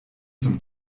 zum